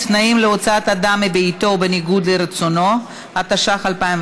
תנאים להוצאת אדם מביתו בניגוד לרצונו), התשע"ח